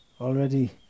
already